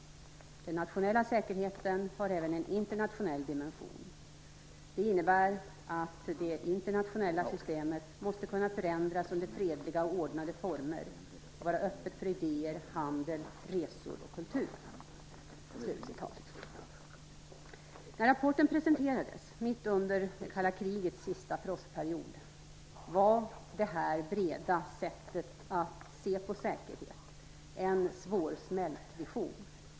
Den nationella säkerheten har även en internationell dimension. Det innebär att det internationella systemet måste kunna förändras under fredliga och ordnade former och vara öppet för idéer, handel, resor och kultur. När rapporten presenterades mitt under det kalla krigets sista frostperiod var det här breda sättet att se på säkerhet en svårsmält vision.